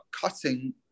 cutting